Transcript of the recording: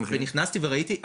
ונכנסתי וראיתי,